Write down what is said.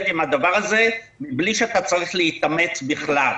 עם הדבר הזה בלי שאתה צריך להתאמץ בכלל.